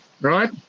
right